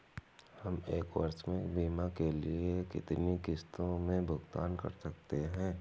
हम एक वर्ष में बीमा के लिए कितनी किश्तों में भुगतान कर सकते हैं?